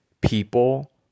people